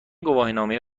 گواهینامه